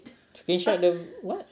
screenshot the what